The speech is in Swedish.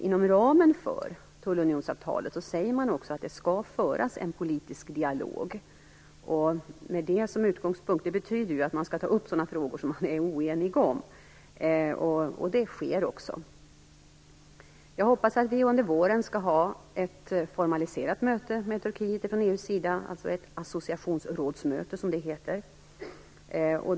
Inom ramen för tullunionsavtalet sägs att det skall föras en politisk dialog, vilket betyder att man skall ta upp sådana frågor som man är oenig om. Det sker också. Jag hoppas att vi från EU:s sida under våren skall ha ett formaliserat möte med Turkiet, ett associationsrådsmöte, som det heter.